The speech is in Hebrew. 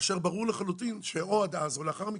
כאשר ברור לחלוטין שאו עד אז או לאחר מכן,